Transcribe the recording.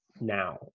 now